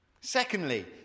secondly